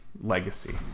legacy